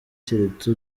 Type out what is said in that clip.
keretse